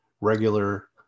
regular